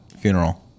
funeral